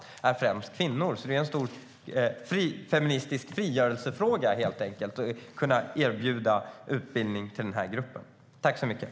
Det är alltså en stor feministisk frigörelsefråga att kunna erbjuda denna grupp utbildning.